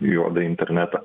į juodąjį internetą